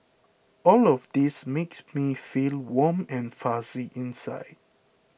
all of these makes me feel warm and fuzzy inside